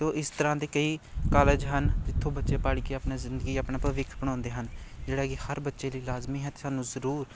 ਅਤੇ ਉਹ ਇਸ ਤਰ੍ਹਾਂ ਦੇ ਕਈ ਕਾਲਜ ਹਨ ਜਿੱਥੋਂ ਬੱਚੇ ਪੜ੍ਹ ਕੇ ਆਪਣਾ ਜ਼ਿੰਦਗੀ ਆਪਣਾ ਭਵਿੱਖ ਬਣਾਉਂਦੇ ਹਨ ਜਿਹੜਾ ਕਿ ਹਰ ਬੱਚੇ ਲਈ ਲਾਜ਼ਮੀ ਹੈ ਸਾਨੂੰ ਜ਼ਰੂਰ